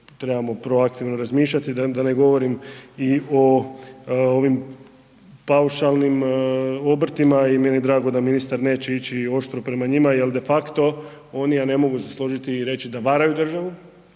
trebamo proaktivno razmišljati i da ne govorim i o ovim paušalnim obrtima i meni je drago da ministar neće ići oštro prema njima jel de facto oni, a ne mogu se složiti i reći da varaju državu,